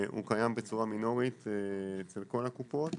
הוא קיים בצורה מינורית אצל לפחות שתי הקופות